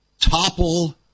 Topple